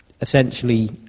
essentially